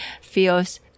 feels